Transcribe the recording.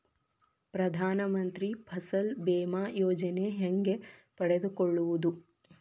ಪ್ರಧಾನ ಮಂತ್ರಿ ಫಸಲ್ ಭೇಮಾ ಯೋಜನೆ ಹೆಂಗೆ ಪಡೆದುಕೊಳ್ಳುವುದು?